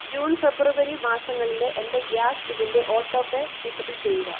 June February മാസങ്ങളിലെ എൻ്റെ gas ബില്ലിൻ്റെ ഓട്ടോ പേ ഡിസബിൾ ചെയ്യുക